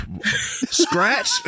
Scratch